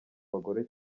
bagore